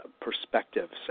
perspectives